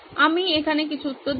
আমি এখানে কিছু উত্তর দিচ্ছি